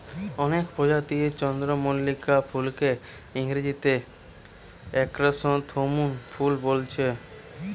অনেক প্রজাতির চন্দ্রমল্লিকা ফুলকে ইংরেজিতে ক্র্যাসনথেমুম ফুল বোলছে